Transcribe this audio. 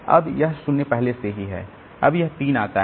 अब यह 0 पहले से ही है अब यह 3 आता है